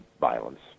violence